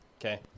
Okay